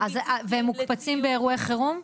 לביטוחים -- והם מוקפצים באירועי חירום?